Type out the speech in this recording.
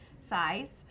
size